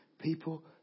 people